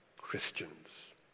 Christians